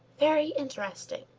very interesting.